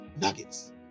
nuggets